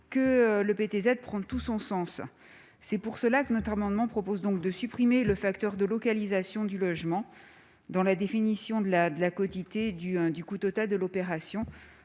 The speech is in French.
que le PTZ prend tout son sens. C'est la raison pour laquelle notre amendement a pour objet de supprimer le facteur de localisation du logement dans la définition de la quotité du coût total de l'opération.